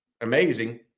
amazing